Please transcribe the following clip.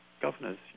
governors